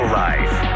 life